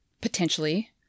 Potentially